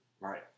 Right